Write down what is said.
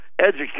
Educate